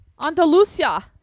Andalusia